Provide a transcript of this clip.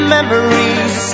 Memories